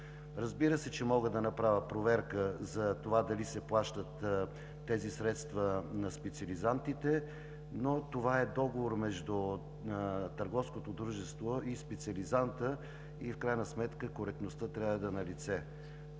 Разбира се, че мога да направя проверка за това дали се плащат тези средства на специализантите, но това е договор между търговското дружество и специализанта, и в крайна сметка коректността трябва да е налице.